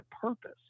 purpose